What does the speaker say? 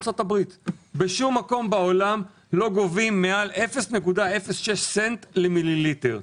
בשום מקום בעולם לא גובים מעל 0.06 סנט למיליליטר.